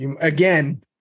again